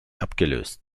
abgelöst